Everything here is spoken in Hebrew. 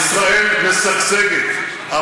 ישראל פתוחה, ישראל משגשגת.